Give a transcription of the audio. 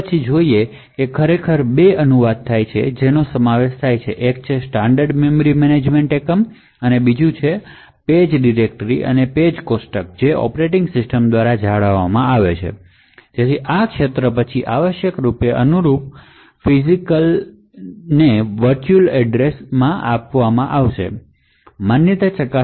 હવે પછી જોશું કે બે અનુવાદ છે જેનો સમાવેશ થાય છે એક છે સ્ટાન્ડર્ડ મેમરી મેનેજમેન્ટ એકમ અને પેજ ડિરેક્ટરી અને પેજ ટેબલ જે ઓપરેટિંગ સિસ્ટમ દ્વારા જાળવવામાં આવે છે જેથી આ એરિયાના વર્ચુઅલ સરનામાને અનુરૂપ ફિજિકલ સરનામું મળે